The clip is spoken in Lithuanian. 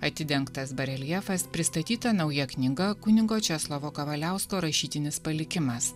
atidengtas bareljefas pristatyta nauja knyga kunigo česlovo kavaliausko rašytinis palikimas